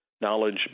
knowledge